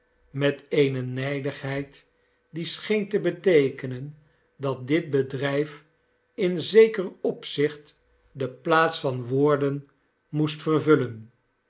met eene nijdigheid die scheen te beteekenen dat dit bedrijf in zeker opzicht de plaats van woorden moest vervullen